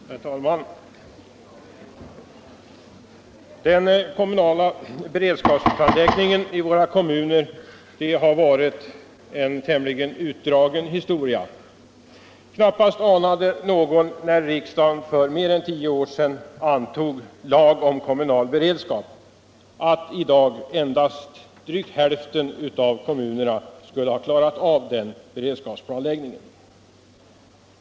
Herr talman! Det kommunala beredskapsplanläggningen har varit en tämligen utdragen historia. Knappast någon anade, när riksdagen för mer än tio år sedan antog lagen om kommunal beredskap, att i dag endast drygt hälften av kommunerna skulle ha klarat av denna beredskapsplanläggning.